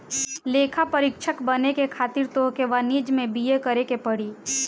लेखापरीक्षक बने खातिर तोहके वाणिज्यि में बी.ए करेके पड़ी